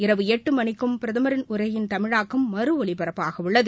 இரவு எட்டுமணிக்கும் பிரதமர் உரையின் தமிழாக்கம் மறு ஒலிபரப்பாகவுள்ளது